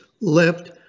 left